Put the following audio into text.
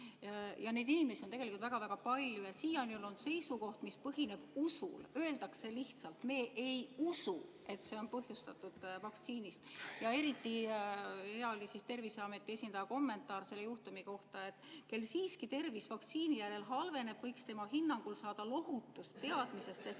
Ja neid inimesi on tegelikult väga-väga palju. Siiani on olnud seisukoht, mis põhineb usul. Öeldakse lihtsalt: me ei usu, et see on põhjustatud vaktsiinist. Ja eriti hea oli Terviseameti esindaja kommentaar selle juhtumi kohta, et kel siiski tervis vaktsiini järjel halveneb, võiks tema hinnangul saada lohutust teadmisest, et